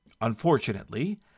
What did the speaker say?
Unfortunately